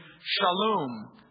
Shalom